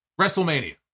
WrestleMania